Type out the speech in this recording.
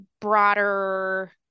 broader